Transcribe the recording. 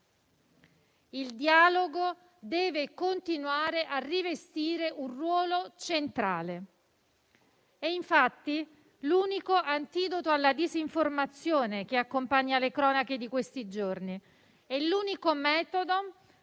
Il dialogo deve continuare a rivestire un ruolo centrale. È, infatti, l'unico antidoto alla disinformazione che accompagna le cronache di questi giorni. È l'unico metodo per